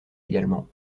également